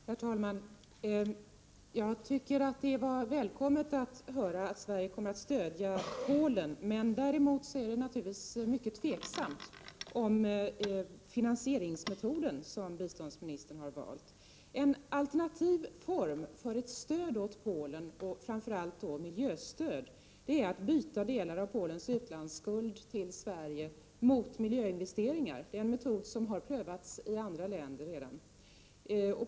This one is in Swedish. Herr talman! Jag tycker att det var välkommet att höra att Sverige kommer att stödja Polen. Däremot är finansieringsmetoden som biståndsministern har valt mycket tvivelaktig. En alternativ form för ett stöd åt Polen, framför allt ett miljöstöd, är att byta en del av Polens utlandsskuld till Sverige mot miljöinvesteringar. Det är en metod som redan har prövats i andra länder.